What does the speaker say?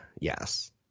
Yes